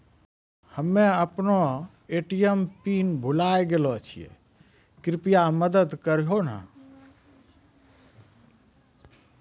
हम्मे अपनो ATM PIN भुलाय गेलो छियै, कृपया मदत करहो